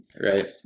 right